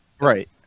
Right